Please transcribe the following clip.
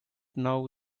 now